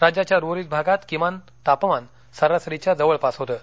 राज्याच्या उर्वरित भागात किमान तापमानसरासरीच्या जवळपास होतं